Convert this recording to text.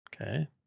Okay